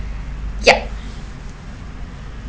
yup